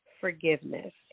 forgiveness